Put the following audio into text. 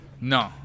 No